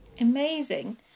Amazing